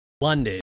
London